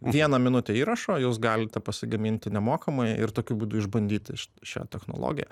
vieną minutę įrašą jūs galite pasigaminti nemokamai ir tokiu būdu išbandyti šią technologiją